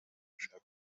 gushaka